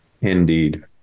indeed